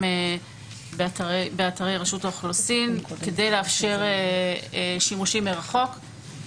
"באתרי רשות האוכלוסין" כדי לאפשר שימושים מרחוק.